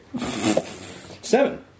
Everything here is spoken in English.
Seven